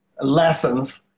lessons